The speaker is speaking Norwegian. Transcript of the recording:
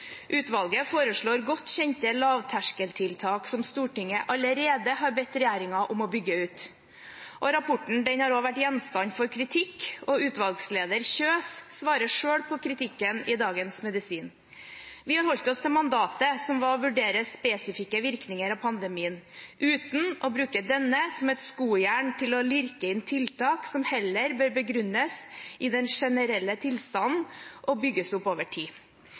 Utvalget foreslår godt kjente lavterskeltiltak som Stortinget allerede har bedt regjeringen om å bygge ut. Rapporten har også vært gjenstand for kritikk, og utvalgsleder Kjøs svarer selv på kritikken i Dagens Medisin: «Vi har holdt oss til mandatet, som var å vurdere spesifikke virkinger av pandemien, uten å bruke denne som et skojern til å lirke inn tiltak som heller bør begrunnes i den generelle tilstanden og bygges opp over tid.»